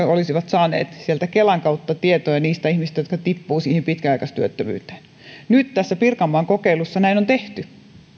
olisivat saaneet sieltä kelan kautta tietoja niistä ihmisistä jotka tippuvat siihen pitkäaikaistyöttömyyteen nyt tässä pirkanmaan kokeilussa näin on tehty